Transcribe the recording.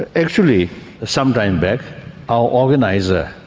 ah actually some time back our organiser,